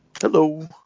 Hello